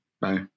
Bye